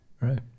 right